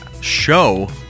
Show